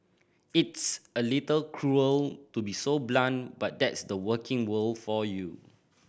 it's a little cruel to be so blunt but that's the working world for you